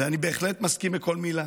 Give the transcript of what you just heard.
ואני בהחלט מסכים לכל מילה: